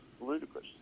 ludicrous